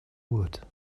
wood